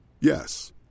Yes